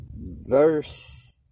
verse